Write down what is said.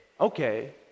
okay